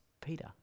Peter